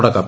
തുടക്കം